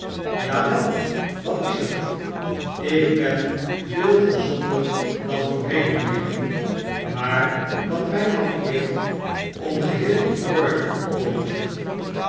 wel wat is er ik ben veel gezonder dan voorheen mynheer maar wat my mankeert om geheel in orde te komen